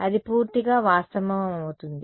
అది పూర్తిగా వాస్తవం అవుతుంది